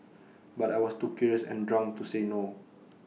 but I was too curious and drunk to say no